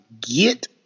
get